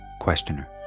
Questioner